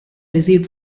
receipt